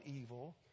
evil